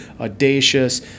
audacious